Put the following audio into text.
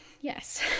yes